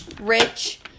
rich